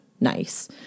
nice